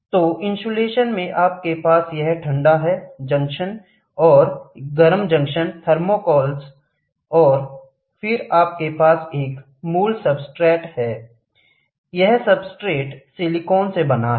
तो इन्सुलेशन में आपके पास यह ठंडा है जंक्शन और गर्म जंक्शन थर्मोकॉल्स और फिर आपके पास एक मूल सब्सट्रेट है यह सब्सट्रेट सिलिकॉन से बना है